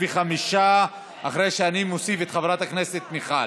בעד, 85, אחרי שאני מוסיף את חברת הכנסת מיכל.